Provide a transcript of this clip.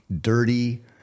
Dirty